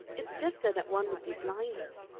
it's just so that one would be blindest,